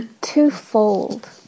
twofold